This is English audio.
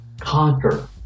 conquer